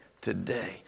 today